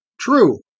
True